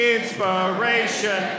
Inspiration